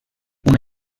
una